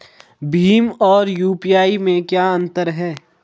भीम और यू.पी.आई में क्या अंतर है?